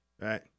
Right